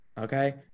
Okay